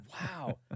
Wow